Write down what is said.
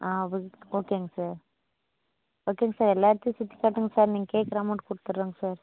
ஆ ஓ ஓகேங்க சார் ஓகேங்க சார் எல்லா இடத்தையும் சுற்றிக் காட்டுங்க சார் நீங்கள் கேட்குற அமௌண்ட் கொடுத்துட்றேங்க சார்